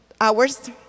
hours